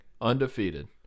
undefeated